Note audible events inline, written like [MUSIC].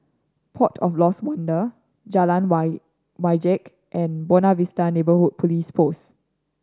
Port of Lost Wonder Jalan [UNINTELLIGIBLE] Wajek and Buona Vista Neighbourhood Police Post